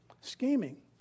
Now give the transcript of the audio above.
Scheming